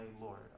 Lord